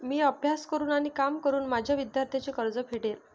मी अभ्यास करून आणि काम करून माझे विद्यार्थ्यांचे कर्ज फेडेन